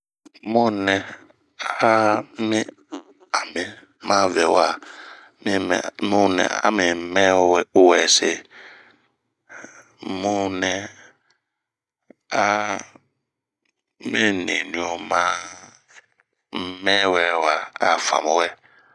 unh munɛɛ a mi ami ma vɛ wa, mimɛ, mu nɛɛ a mi mɛɛ wɛ see, mu nɛ ami niɲu ma mɛɛ wɛwa a famu wɛ.